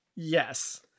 Yes